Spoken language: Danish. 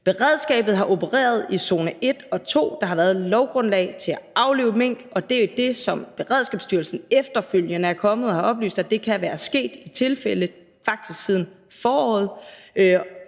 Beredskabet har opereret i zone 1 og 2. Der har været et lovgrundlag til at aflive mink, og det er det, som Beredskabsstyrelsen efterfølgende er kommet og har oplyst kan være sket i tilfælde faktisk siden foråret.